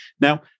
Now